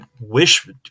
wish